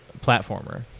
platformer